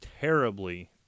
terribly